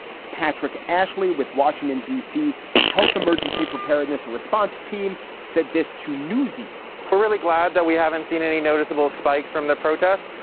patrick ashley with washington d c s health emergency preparedness and response team said this to newsie we're really glad that we haven't seen any noticeable spikes from the protest.